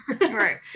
Right